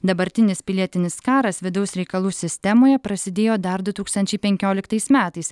dabartinis pilietinis karas vidaus reikalų sistemoje prasidėjo dar du tūkstančiai penkioliktais metais